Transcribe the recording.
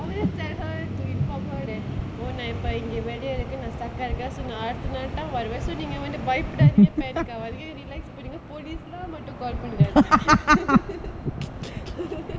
I always tell her to inform her oh நா இப்ப இங்க:ippa naa inga weddy~ ah இருக்கேன் நா:irukkaen naa stuck ah இருக்க:irukka so நா அடுத்த நாள்தா வருவே:naa adutha naalthaa varuvae so நீங்க வந்து பயப்படாதீங்க:neenga vanthu bayappadathaatheenga panic ஆகாதீங்க:aagaatheenga relax பண்ணுங்க:pannunga police lah மட்டு:mattu call பண்ணிடாதீங்க:pannidatheenga